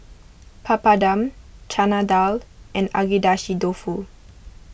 Papadum Chana Dal and Agedashi Dofu